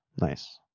nice